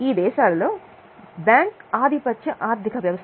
ఇది బ్యాంక్ ఆధిపత్య ఆర్థిక వ్యవస్థ